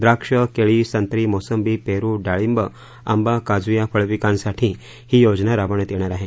द्राक्ष केळी संत्री मोसंबी पेरू डाळींब आंबा काजू या फळपिकांसाठी ही योजना राबवण्यात येणार आहे